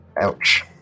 Ouch